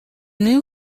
new